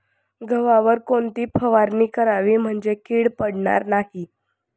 गव्हावर कोणती फवारणी करावी म्हणजे कीड पडणार नाही?